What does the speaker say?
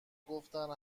گفتن